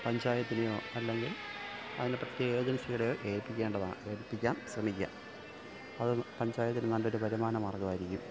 പഞ്ചായത്തിനെയോ അല്ലെങ്കിൽ അതിന് പ്രത്യേകം ഏജൻസിടെയോ ഏൽപ്പിക്കേണ്ടതാണ് ഏൽപ്പിക്കാൻ ശ്രമിക്കാം അത് പഞ്ചായത്തിന് നല്ലൊരു വരുമാന മാർഗ്ഗമായിരിക്കും